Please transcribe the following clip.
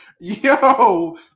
yo